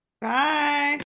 Bye